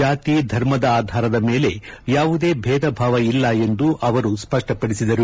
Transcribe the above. ಜಾತಿ ಧರ್ಮದ ಆಧಾರದ ಮೇಲೆ ಯಾವುದೇ ಭೇದಭಾವ ಇಲ್ಲ ಎಂದು ಅವರು ತಿಳಿಸಿದರು